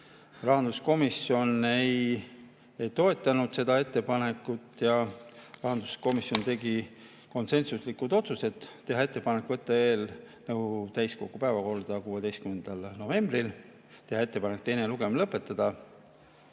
Rahanduskomisjon ei toetanud seda ettepanekut ja tegi konsensuslikud otsused teha ettepanek võtta eelnõu täiskogu päevakorda 16. novembril, teha ettepanek teine lugemine lõpetada